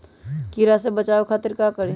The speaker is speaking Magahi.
कीरा से बचाओ खातिर का करी?